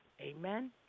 Amen